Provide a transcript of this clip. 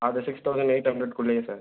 அது six thousand eight ஹண்ரட்க்குள்ளேயே sir